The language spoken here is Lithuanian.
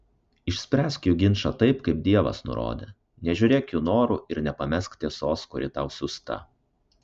išspręsk jų ginčą taip kaip dievas nurodė nežiūrėk jų norų ir nepamesk tiesos kuri tau siųsta